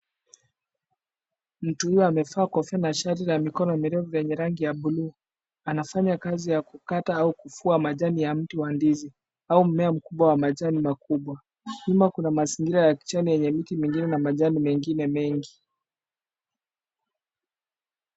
Mtu huyu amevaa kofia na shati la mikono mirefu yenye rangi ya bluu. Anafanya kazi ya kukata au kuvua majani ya mti wa ndizi au mimea mkubwa wa majani makubwa. Nyuma kuna mazingira ya kijani yenye miti mingine na majani mengi.